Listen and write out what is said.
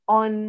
on